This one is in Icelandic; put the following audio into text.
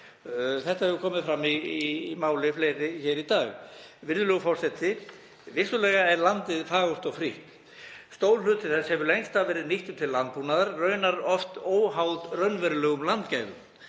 Þetta hefur komið fram í máli fleiri hér í dag. Virðulegi forseti. Vissulega er landið fagurt og frítt. Stór hluti þess hefur lengst af verið nýttur til landbúnaðar, raunar oft óháð raunverulegum landgæðum.